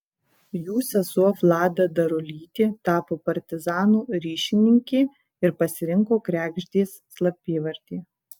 jų sesuo vlada darulytė tapo partizanų ryšininkė ir pasirinko kregždės slapyvardį